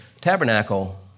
tabernacle